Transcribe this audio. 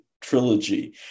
Trilogy